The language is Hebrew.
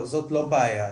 זאת לא בעיה.